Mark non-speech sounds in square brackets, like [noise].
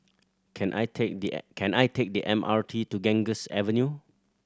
can I take the [unintelligible] can I take the M R T to Ganges Avenue